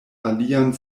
alian